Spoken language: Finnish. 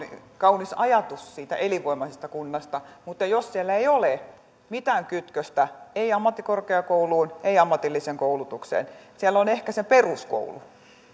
kaunis ajatus siitä elinvoimaisesta kunnasta mutta entä jos siellä ei ole mitään kytköstä ei ammattikorkeakouluun ei ammatilliseen koulutukseen siellä on ehkä se peruskoulu